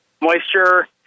moisture